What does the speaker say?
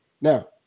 Now